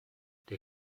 der